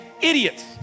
idiots